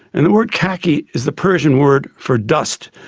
and the word khaki is the persian word for dust.